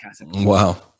Wow